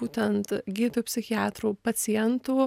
būtent gydytojų psichiatrų pacientų